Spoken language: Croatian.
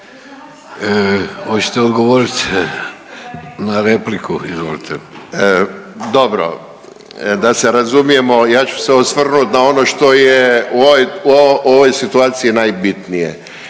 Možete još odgovorit na repliku